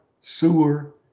sewer